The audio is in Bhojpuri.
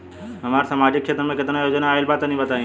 हमरा समाजिक क्षेत्र में केतना योजना आइल बा तनि बताईं?